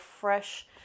fresh